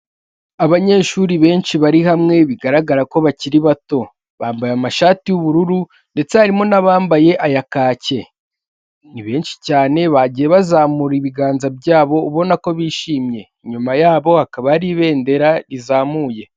Abanyeshuri benshi bari hamwe bigaragara ko bakiri bato. Bambaye amashati y'ubururu ndetse harimo n'abambaye aya kaki. Ni benshi cyane bagiye bazamura ibiganza byabo ubona ko bishimye, inyuma yabo hakaba hari ibendera rizamuye.